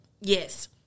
yes